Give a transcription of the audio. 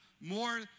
More